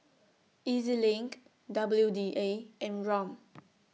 E Z LINK W D A and Rom